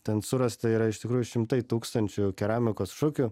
ten surasta yra iš tikrųjų šimtai tūkstančių keramikos šukių